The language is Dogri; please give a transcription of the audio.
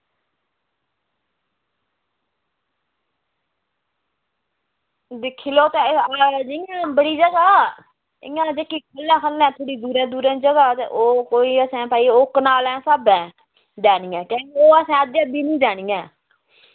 दिक्खी लैओ बड़ी जगह इंया ते थोह्ड़ी दूरें दूरें जगह ते ओह् कनालें स्हाबें ओह् निं देनी ऐ